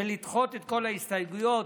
ולדחות את כל ההסתייגויות.